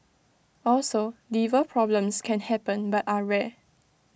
also liver problems can happen but are rare